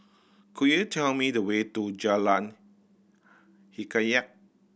could you tell me the way to Jalan Hikayat